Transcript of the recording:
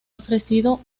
ofrecido